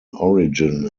origin